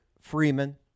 Freeman